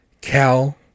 Cal